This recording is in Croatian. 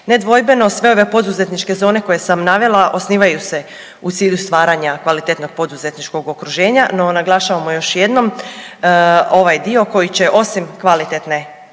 Nedvojbeno sve poduzetničke zone koje sam navela osnivaju se u cilju stvaranja kvalitetnog poduzetničkog okruženja no naglašavamo još jednom ovaj dio koji će osim kvalitetne